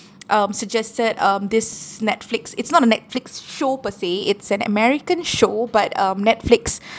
um suggested um this netflix it's not a netflix show per se it's an american show but um netflix